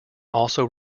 also